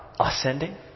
Ascending